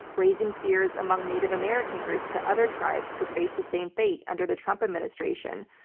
raising fears among native american groups that other tribes could face the same fate under the trump administration.